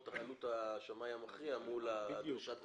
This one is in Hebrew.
את עלות השמאי המכריע מול דרישת התשלום.